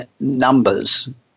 numbers